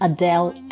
Adele